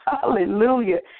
Hallelujah